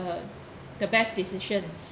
the the best decision